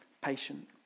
patient